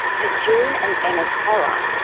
to june and emma's horror,